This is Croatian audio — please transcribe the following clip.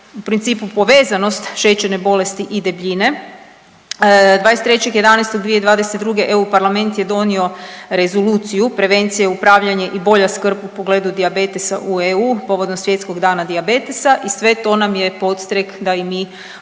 u principu povezanost šećerne bolesti i debljine. 23.11.2022. EU parlament je donio Rezoluciju prevencije, upravljanje i bolja skrb u pogledu dijabetesa u EU povodom Svjetskog dana dijabetesa i sve to nam je podstrek da i mi ovdje